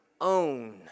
own